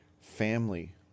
family